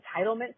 entitlement